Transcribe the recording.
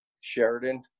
Sheridan